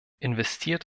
investiert